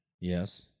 Yes